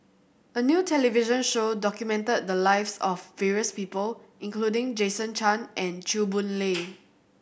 a new television show documented the lives of various people including Jason Chan and Chew Boon Lay